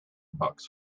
books